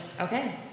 Okay